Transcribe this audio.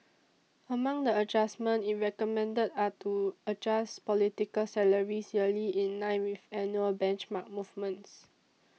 among the adjustments it recommended are to adjust political salaries yearly in line with annual benchmark movements